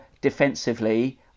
defensively